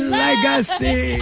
legacy